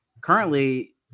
currently